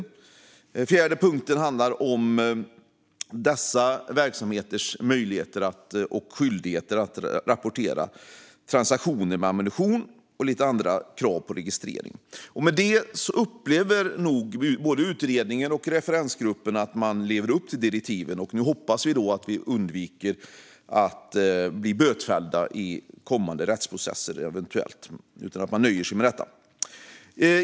Den fjärde punkten handlar om dessa verksamheters möjligheter och skyldigheter att rapportera transaktioner med ammunition samt lite andra krav på registrering. Med det upplever nog både utredningen och referensgruppen att man lever upp till direktiven. Nu hoppas vi att vi undviker att eventuellt bli bötfällda i kommande rättsprocesser och att man nöjer sig med detta.